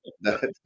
no